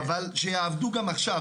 אבל שיעבדו גם עכשיו.